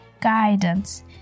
Guidance